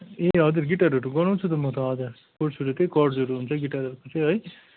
ए हजुर गिटारहरू गराउँछु म त हजुर फर्स्टहरू त्यही कर्ड्सहरू हुन्छ गिटारहरू को चाहिँ है